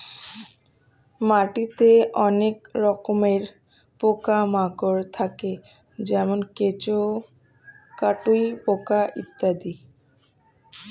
মাটিতে অনেক রকমের পোকা মাকড় থাকে যেমন কেঁচো, কাটুই পোকা ইত্যাদি